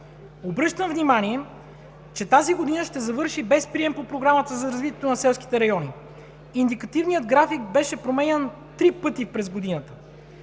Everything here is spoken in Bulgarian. Обръщам внимание, че тази година ще завърши без прием по Програмата за развитие на селските райони. Индикативният график беше променян три пъти през годината.